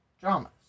dramas